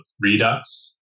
Redux